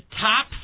top